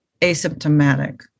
asymptomatic